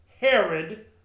Herod